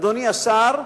אדוני השר,